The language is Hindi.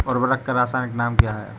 उर्वरक का रासायनिक नाम क्या है?